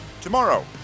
tomorrow